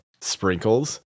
sprinkles